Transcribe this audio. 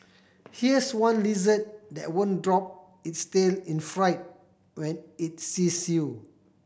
here's one lizard that won't drop its tail in fright when it sees you